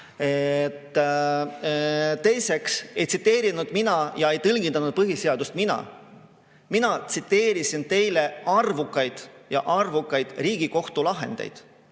Teiseks ei tsiteerinud mina ja ei tõlgendanud põhiseadust mina. Mina tsiteerisin teile arvukaid Riigikohtu lahendeid.